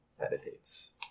meditates